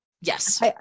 Yes